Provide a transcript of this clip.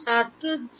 ছাত্র j